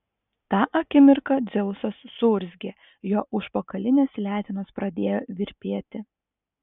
tą akimirką dzeusas suurzgė jo užpakalinės letenos pradėjo virpėti